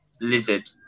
lizard